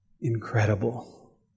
incredible